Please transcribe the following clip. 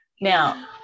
now